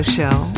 Show